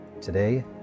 today